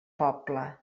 poble